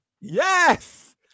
yes